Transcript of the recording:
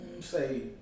Say